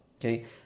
okay